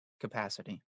capacity